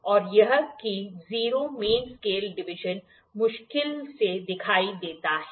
और यह कि जीरो मेन स्केल डिविजन मुश्किल से दिखाई देता है